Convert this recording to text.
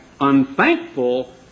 unthankful